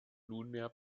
nunmehr